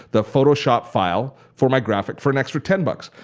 the photoshop file for my graphic for an extra ten bucks.